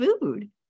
food